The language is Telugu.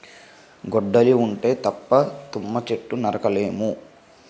గొడ్డలి ఉంటే తప్ప తుమ్మ చెట్టు నరక లేము